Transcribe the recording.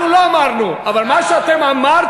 אנחנו לא אמרנו, אבל מה שאתם אמרתם,